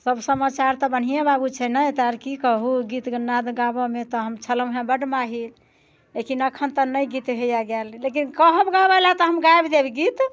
सभ समाचार तऽ बढ़ियेँ बाबू छै ने तऽ आर की कहू गीत नाद गाबैमे तऽ हम छलहुँ हँ बड्ड माहिर लेकिन एखन तऽ नहि गीत होइया गाएल लेकिन कहब गाबै लै तऽ हम गाबि देब गीत